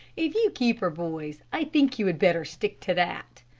if you keep her, boys, i think you had better stick to that.